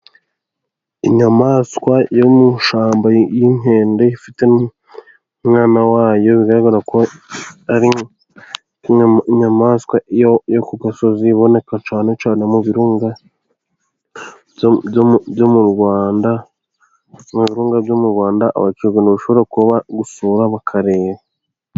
Inyamaswa yo mu ishyamba y'inkende ifite n'umwana wayo bigaragara ko ari inyamaswa yo ku gasozi iboneka cyane cyane mu birunga byo mu Rwanda. Mu birunga byo mu Rwanda abakerarundo bashobora kuba gusura bakareba.